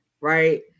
Right